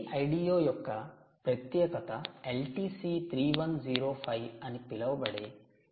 Vldo యొక్క ప్రత్యేకత LTC3105 అని పిలువబడే ఈ చిప్కు నిర్దిష్ట మైనది